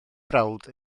brawd